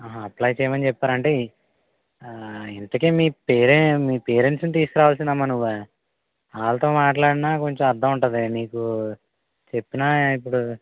అహ అప్లై చెయ్యమని చెప్పారంటే ఇంతకీ మీ పేరే మీ పేరెంట్స్ని తీసుకురావలసింది అమ్మ నువ్వు వాళ్ళతో మాట్లాడినా కొంచెం అర్దం ఉంటుంది నీకు చెప్పినా ఎక్కదు